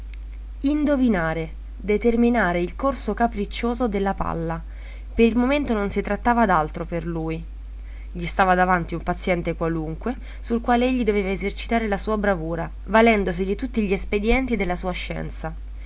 indovinare determinare il corso capriccioso della palla per il momento non si trattava d'altro per lui gli stava davanti un paziente qualunque sul quale egli doveva esercitare la sua bravura valendosi di tutti gli espedienti della sua scienza